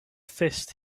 fist